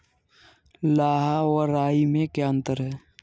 लाह व राई में क्या अंतर है?